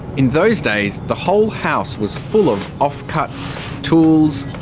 in those days the whole house was full of offcuts, tools.